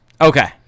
Okay